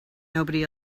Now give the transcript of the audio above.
nobody